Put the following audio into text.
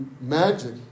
magic